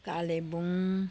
Kalimpong